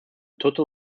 total